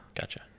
Gotcha